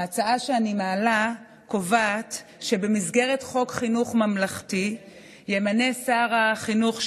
ההצעה שאני מעלה קובעת שבמסגרת חוק חינוך ממלכתי ימנה שר החינוך,